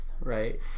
right